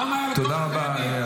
למה היה לו טוב, אנחנו יודעים.